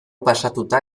pasatuta